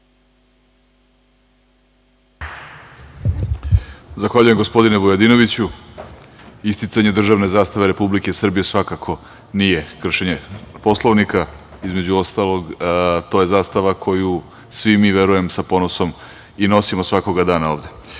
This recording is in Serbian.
Zahvaljujem gospodine Vujadinoviću. Isticanje državne zastave Republike Srbije svakako nije kršenje Poslovnika. Između ostalog to je zastava koju svi mi, verujem, sa ponosom nosimo svakoga dana ovde. Da